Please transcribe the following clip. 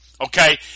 Okay